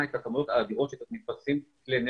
כן.